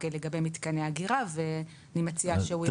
לגבי מתקני אגירה ואני מציעה שהוא יסביר.